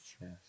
Yes